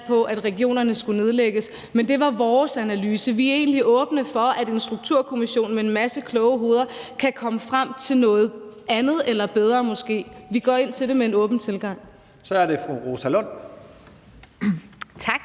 på, at regionerne skulle nedlægges, men det var vores analyse. Vi er egentlig åbne for, at en strukturkommission med en masse kloge hoveder kan komme frem til noget andet eller noget bedre måske. Vi går ind til det med en åben tilgang. Kl. 11:19 Første